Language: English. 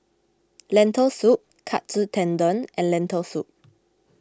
Lentil Soup Katsu Tendon and Lentil Soup